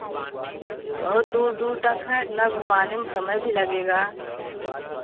बहुत दूर दूर तक है इतना घुमाने में समय भी लगेगा